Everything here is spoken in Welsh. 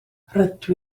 rydw